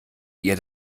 ihr